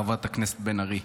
חברת הכנסת בן ארי,